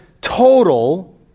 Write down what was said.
total